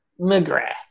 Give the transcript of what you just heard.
mcgrath